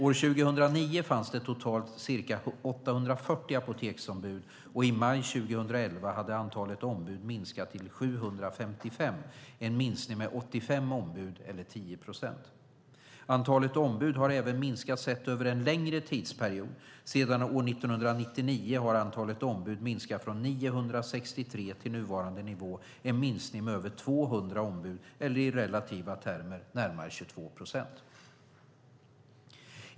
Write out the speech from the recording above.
År 2009 fanns det totalt ca 840 apoteksombud och i maj 2011 hade antalet ombud minskat till 755, en minskning med 85 ombud eller 10 procent. Antalet ombud har även minskat sett över en längre tidsperiod. Sedan år 1999 har antalet ombud minskat från 963 till nuvarande nivå, en minskning med över 200 ombud eller i relativa termer närmare 22 procent.